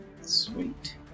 Sweet